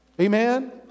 Amen